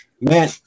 Man